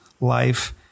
life